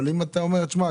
אבל אם אתה אומר "שמע,